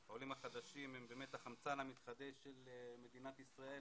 העולים החדשים הם באמת החמצן המתחדש של מדינת ישראל,